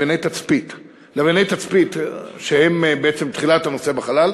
לווייני תצפית שהם בעצם תחילת הנושא בחלל.